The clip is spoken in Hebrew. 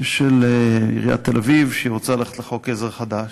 של עיריית תל-אביב שהיא רוצה לחוקק חוק-עזר חדש.